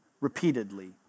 repeatedly